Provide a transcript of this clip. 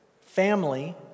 family